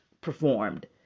performed